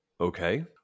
Okay